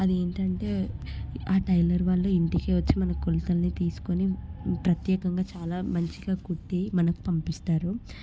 అదేంటంటే ఆ టైలర్ వాళ్ళు ఇంటికే వచ్చి మనకు కొలతల్ని తీసుకొని ప్రత్యేకంగా చాలా మంచిగా కుట్టి మనకు పంపిస్తారు